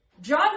john